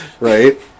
Right